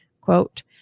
quote